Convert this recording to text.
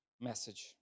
message